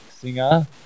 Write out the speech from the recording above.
singer